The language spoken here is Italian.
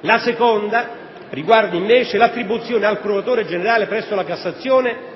la seconda riguarda invece l'attribuzione al procuratore generale presso la Cassazione